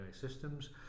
Systems